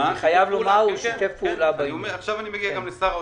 כן, עכשיו אני מגיע גם לשר האוצר.